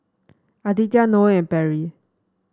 Aditya Noe and Perry